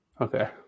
Okay